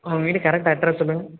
உங்க வீடு correct address சொல்லுங்கள்